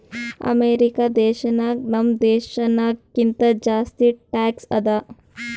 America ದೇಶನಾಗ್ ನಮ್ ದೇಶನಾಗ್ ಕಿಂತಾ ಜಾಸ್ತಿ ಟ್ಯಾಕ್ಸ್ ಅದಾ